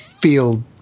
Feel